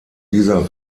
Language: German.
dieser